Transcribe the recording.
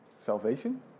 salvation